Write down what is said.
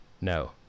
No